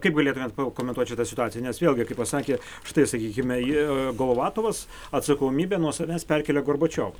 kaip galėtumėt pakomentuot šitą situaciją nes vėlgi kai pasakė štai sakykime golovatovas atsakomybę nuo savęs perkelė gorbačiovui